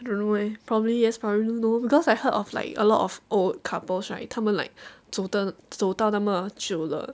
I don't know eh probably yes probably no because I heard of like a lot of old couples right 他们 like 走到走到那么久了